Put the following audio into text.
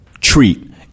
treat